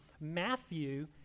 Matthew